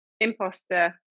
imposter